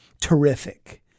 terrific